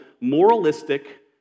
moralistic